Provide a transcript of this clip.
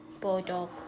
Bulldog